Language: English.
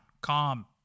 Calm